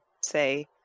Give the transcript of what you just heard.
say